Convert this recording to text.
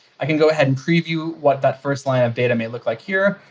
i can go ahead and preview what that first line of data may look like here.